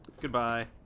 Goodbye